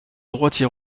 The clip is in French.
droitier